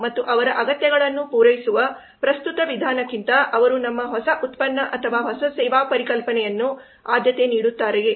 ಮತ್ತು ಅವರ ಅಗತ್ಯಗಳನ್ನು ಪೂರೈಸುವ ಪ್ರಸ್ತುತ ವಿಧಾನಕ್ಕಿಂತ ಅವರು ನಮ್ಮ ಹೊಸ ಉತ್ಪನ್ನ ಅಥವಾ ಸೇವಾ ಪರಿಕಲ್ಪನೆಯನ್ನು ಆದ್ಯತೆ ನೀಡುತ್ತಾರೆಯೇ